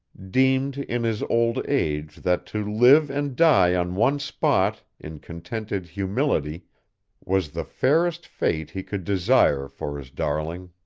deemed in his old age that to live and die on one spot in contented humility was the fairest fate he could desire for his darling.